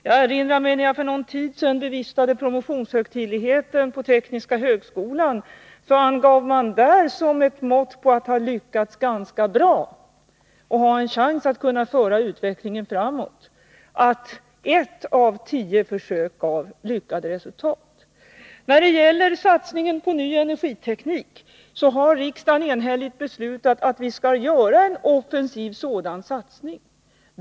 Jag erinrar mig det tillfälle då jag för någon tid sedan bevistade promotionshögtidligheten vid tekniska högskolan. Där angav man som ett mått på att ha lyckats ganska bra, och ha en chans att föra utvecklingen framåt, att ett av tio försök givit lyckade resultat. När det gäller satsningen på ny energiteknik har riksdagen enhälligt beslutat att vi skall göra en offensiv sådan satsning.